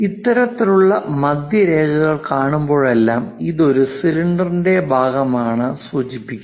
ഇത്തരത്തിലുള്ള മധ്യരേഖകൾ കാണുമ്പോഴെല്ലാം ഇത് ഒരു സിലിണ്ടറിന്റെ ഭാഗമാണ് സൂചിപ്പിക്കുന്നത്